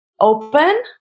open